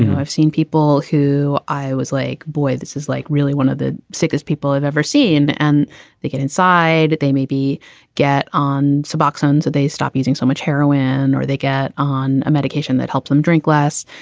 i've seen people who i was like. boy, this is like really one of the sickest people i've ever seen. and they get inside. they maybe get on suboxone. so they stop using so much heroin or they get on a medication that helps them drink less.